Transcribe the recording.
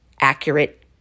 accurate